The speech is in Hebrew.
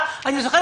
אני זוכרת אותך.